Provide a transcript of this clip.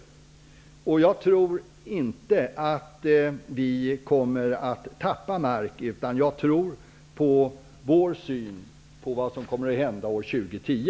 Jag tror inte att vi kommer att tappa mark, utan jag förlitar mig på vår syn på vad som kommer att hända år 2010.